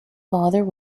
father